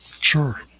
sure